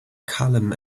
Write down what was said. column